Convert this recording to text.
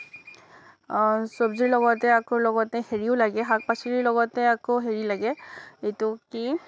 চব্জিৰ লগতে আকৌ লগতে হেৰিও লাগে শাক পাচলিৰ লগতে আকৌ হেৰি লাগে এইটো কি